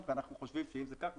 רישיונות ואנחנו חושבים שאם זה כך,